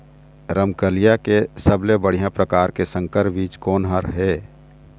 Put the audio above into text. रमकलिया के सबले बढ़िया परकार के संकर बीज कोन हर ये?